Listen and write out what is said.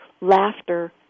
Laughter